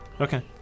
Okay